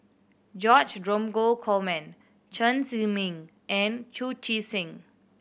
George Dromgold Coleman Chen Zhiming and Chu Chee Seng